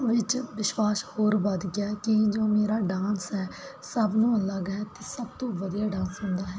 ਵਿਚ ਵਿਸ਼ਵਾਸ ਹੋਰ ਵਧ ਗਿਆ ਕਿ ਜੋ ਮੇਰਾ ਡਾਂਸ ਹੈ ਤੇ ਸਭ ਤੋਂ ਵਧੀਆ ਡਾਂਸ ਹੁੰਦਾ ਹੈ